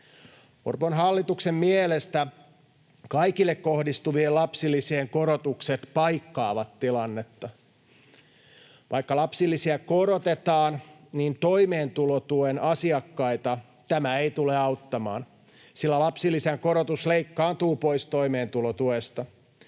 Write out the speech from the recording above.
Orpon hallituksen mielestä kaikille kohdistuvien lapsilisien korotukset paikkaavat tilannetta. Vaikka lapsilisiä korotetaan, toimeentulotuen asiakkaita tämä ei tule auttamaan, sillä lapsilisän korotus leikkaantuu pois toimeentulotuesta.